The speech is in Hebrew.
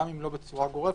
גם אם לא בצורה גורפת,